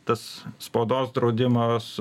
tas spaudos draudimas